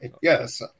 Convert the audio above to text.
yes